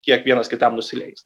kiek vienas kitam nusileis